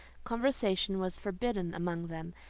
conversation was forbidden among them,